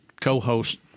co-host